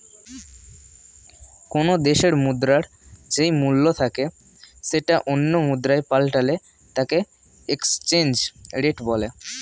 কোনো দেশের মুদ্রার যেই মূল্য থাকে সেটা অন্য মুদ্রায় পাল্টালে তাকে এক্সচেঞ্জ রেট বলে